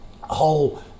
whole